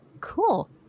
cool